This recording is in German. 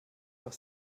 was